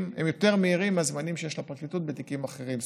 הם יותר מהירים מהזמנים שיש לפרקליטות בתיקים אחרים,